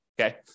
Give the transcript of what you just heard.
Okay